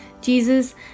Jesus